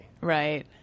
Right